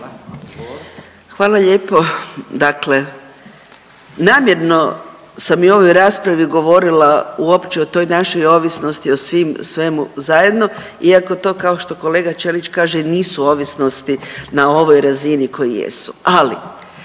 Hvala lijepo. Dakle, namjerno sam i u ovoj raspravi govorila uopće o toj našoj ovisnosti o svim, svemu zajedno iako to kao što kolega Ćelić kaže nisu ovisnosti na ovoj razini koji jesu,